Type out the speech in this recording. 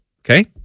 Okay